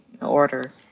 order